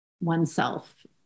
oneself